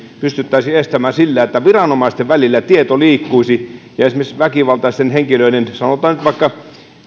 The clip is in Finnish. pystyttäisiin estämään sillä että viranomaisten välillä tieto liikkuisi esimerkiksi väkivaltaisten henkilöiden kohdalla sanotaan nyt vaikka